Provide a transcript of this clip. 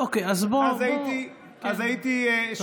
אז הייתי,